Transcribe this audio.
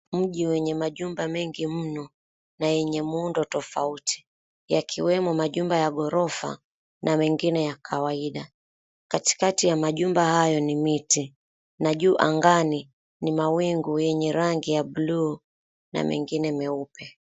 Mji mwenye majumba mengi mno wenye muundo tofauti. Yakiwemo majumba ya ghorofa na mengine ya kwaida, katikati ya majumba hayo ni miti na juu angani ni mawingu yenye rangi ya bluu na mengine meupe .